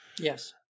Yes